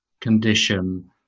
condition